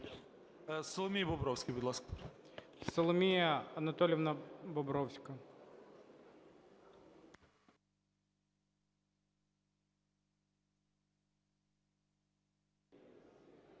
Соломія Анатоліївна Бобровська.